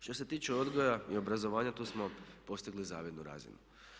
Što se tiče odgoja i obrazovanja tu smo postigli zavidnu razinu.